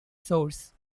source